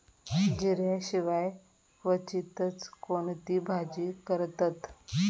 जिऱ्या शिवाय क्वचितच कोणती भाजी करतत